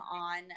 on